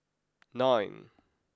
nine